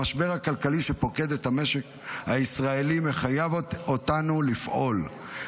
המשבר הכלכלי שפוקד את המשק הישראלי מחייב אותנו לפעול.